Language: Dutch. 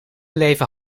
leven